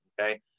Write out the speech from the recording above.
okay